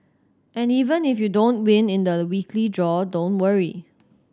and even if you don't win in the weekly draw don't worry